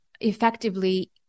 effectively